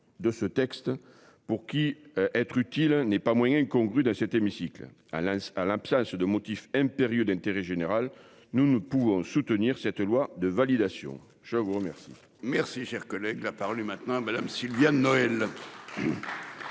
de ce texte pour qui être utile n'est pas moyen congrue cet hémicycle Alain Alain place de motif impérieux d'intérêt général. Nous ne pouvons soutenir cette loi de validation. Je vous remercie. Merci, cher collègue, la parole maintenant Madame Sylviane Noël.